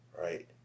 right